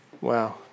Wow